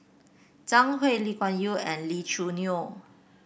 Zhang Hui Lee Kuan Yew and Lee Choo Neo